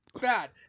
Bad